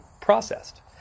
processed